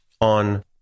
on